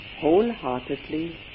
Wholeheartedly